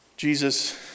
Jesus